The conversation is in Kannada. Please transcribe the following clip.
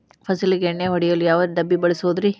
ಫಸಲಿಗೆ ಎಣ್ಣೆ ಹೊಡೆಯಲು ಯಾವ ಡಬ್ಬಿ ಬಳಸುವುದರಿ?